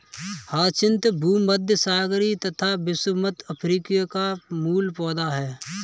hyacinth भूमध्यसागरीय तथा विषुवत अफ्रीका का मूल पौधा है